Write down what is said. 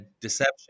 deception